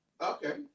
Okay